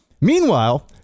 Meanwhile